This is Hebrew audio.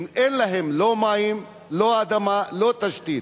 הם, אין להם לא מים, לא אדמה, לא תשתית.